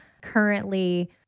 currently